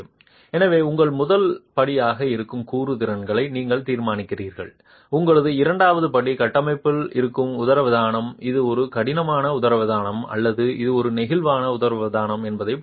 எனவே உங்கள் முதல் படியாக இருக்கும் கூறு திறன்களை நீங்கள் தீர்மானிக்கிறீர்கள் உங்கள் இரண்டாவது படி கட்டமைப்பில் இருக்கும் உதரவிதானம் இது ஒரு கடினமான உதரவிதானமா அல்லது இது ஒரு நெகிழ்வான உதரவிதானமா என்பதைப் புரிந்துகொள்வது